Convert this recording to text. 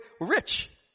rich